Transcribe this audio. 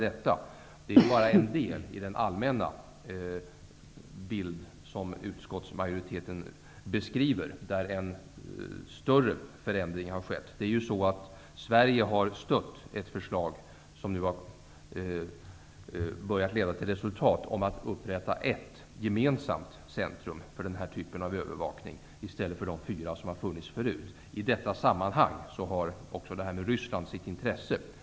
Men det är bara en del i den allmänna bild -- där en större förändring har skett -- som utskottsmajoriteten beskriver. Sverige har stött ett förslag, som nu har börjat leda till resultat, om att upprätta ett gemensamt centrum för denna typ av övervakning i stället för de fyra som tidigare funnits. I detta sammanhang har utvecklingen i Ryssland sitt intresse.